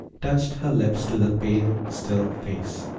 touched her lips to the pale, still face.